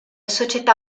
società